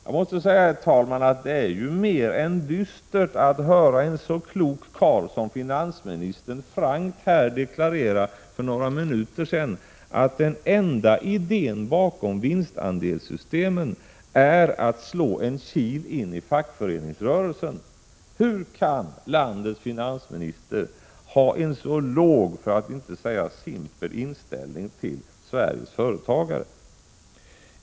Jag måste säga, herr talman, att det är mer än dystert att höra en så klok karl som finansministern frankt deklarera för några minuter sedan att den enda idéen bakom vinstandelssystemen är att slå en kil in i fackföreningsrörelsen. Hur kan landets finansminister ha en så låg, för att inte säga simpel inställning till Sveriges företagare?